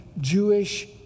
Jewish